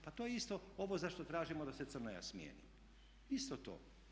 Pa to je isto ovo za što tražimo da se Crnoja smjeni, isto to.